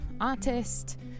artist